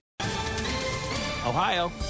Ohio